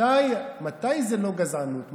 מתי זאת לא גזענות?